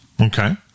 Okay